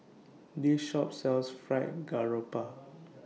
This Shop sells Fried Garoupa